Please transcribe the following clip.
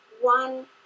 one